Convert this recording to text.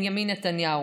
בנימין נתניהו?